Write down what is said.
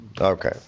Okay